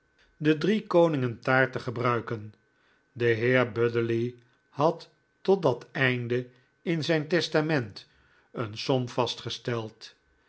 de driekoningentaart te gebruiken de heer buddeley had tot dat einde in zijn testament eene som vastgesteld